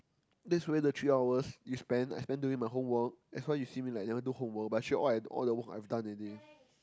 that's where the three hours you spent I spent doing my homework that's why you see me like never do homework but actually all I all the work I've done already